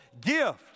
gift